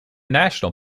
national